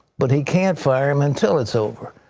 but he can't fire him until it is over.